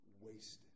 wasted